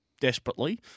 desperately